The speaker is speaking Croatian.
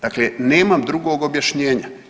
Dakle, nemam drugog objašnjenja.